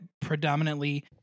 predominantly